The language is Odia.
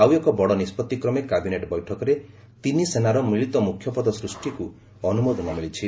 ଆଉ ଏକ ବଡ଼ ନିଷ୍ପଭିକ୍ରମେ କ୍ୟାବିନେଟ୍ ବୈଠକରେ ତିନି ସେନାର ମିଳିତ ମୁଖ୍ୟ ପଦ ସୃଷ୍ଟିକୁ ଅନୁମୋଦନ ମିଳିଛି